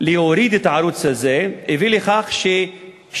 להוריד את הערוץ הזה הביאה לכך ש-85%